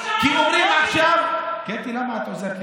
צריך 960. כי אומרים עכשיו, קטי, למה את עוזרת לי?